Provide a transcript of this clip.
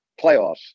playoffs